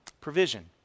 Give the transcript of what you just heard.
Provision